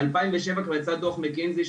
ב-2007 כבר יצא דו"ח מקינזי,